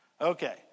Okay